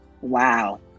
wow